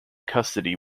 custody